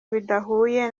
bidahuye